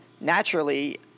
Naturally